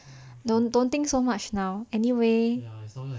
don't don't think so much now anyway